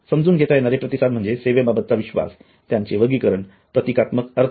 समजून घेता येणारे प्रतिसाद म्हणजे सेवेबाबतचा विश्वास त्यांचे वर्गीकरण प्रतीकात्मक अर्थ